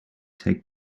take